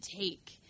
take